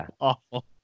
awful